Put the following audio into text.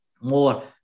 more